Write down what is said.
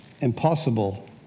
impossible